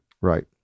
right